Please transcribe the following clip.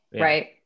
right